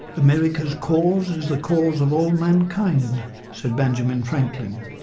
america's cause is the cause of all mankind, said benjamin franklin